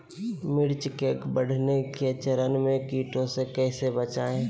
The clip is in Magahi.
मिर्च के बढ़ने के चरण में कीटों से कैसे बचये?